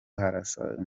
kurasa